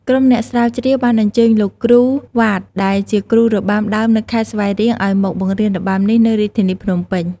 ក្រុមអ្នកស្រាវជ្រាវបានអញ្ជើញលោកគ្រូ វ៉ាត ដែលជាគ្រូរបាំដើមនៅខេត្តស្វាយរៀង ឱ្យមកបង្រៀនរបាំនេះនៅរាជធានីភ្នំពេញ។